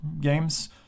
games